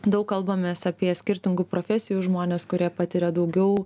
daug kalbamės apie skirtingų profesijų žmones kurie patiria daugiau